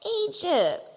Egypt